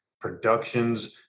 Productions